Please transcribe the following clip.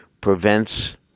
prevents